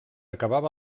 acabava